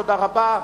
תודה רבה.